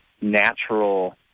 natural